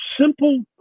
simple